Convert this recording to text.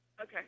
Okay